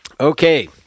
Okay